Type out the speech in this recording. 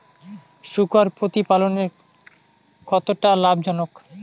শূকর প্রতিপালনের কতটা লাভজনক?